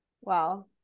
Wow